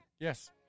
Yes